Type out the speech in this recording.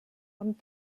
amb